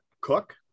cook